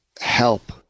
help